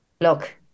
Look